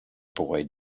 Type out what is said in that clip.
boy